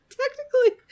technically